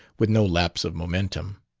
with no lapse of momentum.